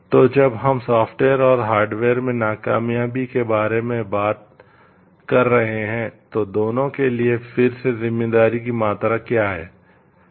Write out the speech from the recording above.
तो जब हम सॉफ्टवेयर और हार्डवेयर में नाकामयाबी के बारे में बात कर रहे हैं तो दोनों के लिए फिर से जिम्मेदारी की मात्रा क्या है